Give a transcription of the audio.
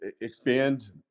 expand